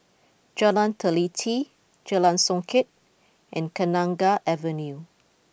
Jalan Teliti Jalan Songket and Kenanga Avenue